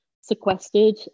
sequestered